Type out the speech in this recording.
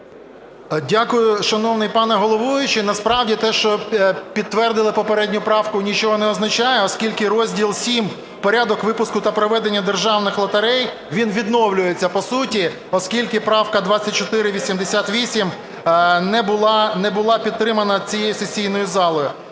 Дякую, шановний пане головуючий. Насправді, те, що підтвердили попередню правку, нічого не означає, оскільки розділ VII "Порядок випуску та проведення державних лотерей", він відновлюється по суті, оскільки правка 2488 не була підтримана цією сесійною залою.